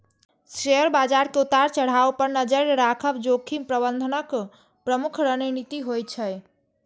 share बाजार के उतार चढ़ाव पर नजरि राखब जोखिम प्रबंधनक प्रमुख रणनीति होइ छै